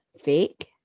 fake